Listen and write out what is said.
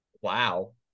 Wow